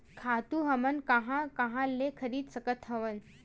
खातु हमन कहां कहा ले खरीद सकत हवन?